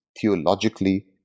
theologically